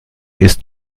ist